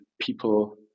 people